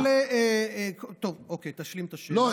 אבל, טוב, תשלים את השאלה.